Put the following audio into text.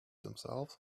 themselves